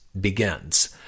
begins